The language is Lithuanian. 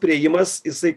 priėjimas jisai